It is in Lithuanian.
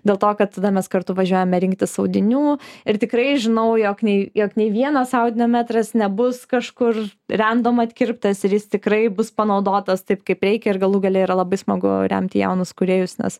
dėl to kad tada mes kartu važiuojame rinktis audinių ir tikrai žinau jog nei jog nei vienas audinio metras nebus kažkur rendom apkirptas ir jis tikrai bus panaudotas taip kaip reikia ir galų gale yra labai smagu remti jaunus kūrėjus nes